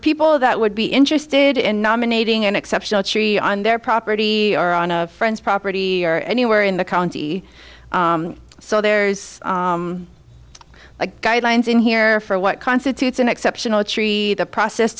people that would be interested in nominating an exceptional tree on their property or on a friend's property or anywhere in the county so there's guidelines in here for what constitutes an exceptional tree the process